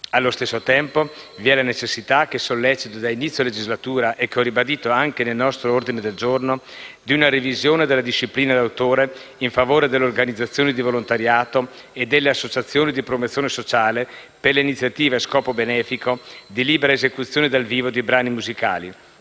Allo stesso tempo vi è la necessità, che sollecito da inizio legislatura e che ho ribadito anche nel nostro ordine del giorno, di una revisione della disciplina d'autore in favore delle organizzazioni di volontariato e delle associazioni di promozione sociale per le iniziative, a scopo benefico, di libera esecuzione dal vivo di brani musicali.